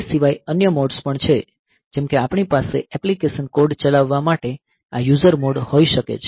તે સિવાય અન્ય મોડ્સ પણ છે જેમ કે આપણી પાસે એપ્લિકેશન કોડ ચલાવવા માટે આ યુઝર મોડ હોઈ શકે છે